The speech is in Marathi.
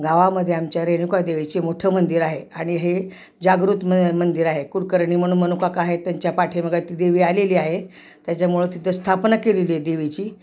गावामध्येे आमच्या रेणुका देवीचे मोठं मंदिर आहे आणि हे जागृत म मंदिर आहे कुलकर्णी म्हणून मनोकाका आहे त्यांच्या पाठी मागे ती देवी आलेली आहे त्याच्यामुळं तिथं स्थापना केलेली आहे देवीची